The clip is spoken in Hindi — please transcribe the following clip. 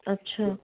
अच्छा